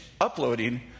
uploading